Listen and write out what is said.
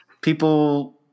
people